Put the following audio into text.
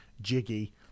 jiggy